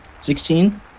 Sixteen